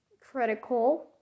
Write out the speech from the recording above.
critical